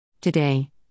Today